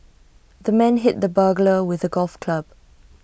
the man hit the burglar with A golf club